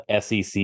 SEC